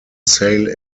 sale